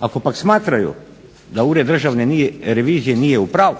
Ako pak smatraju da Ured državne revizije nije u pravu,